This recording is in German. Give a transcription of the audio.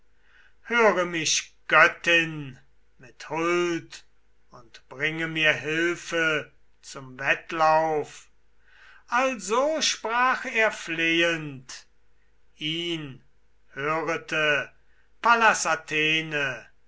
höre mich göttin mit huld und bringe mir hilfe zum wettlauf also sprach er flehend ihn hörete pallas athene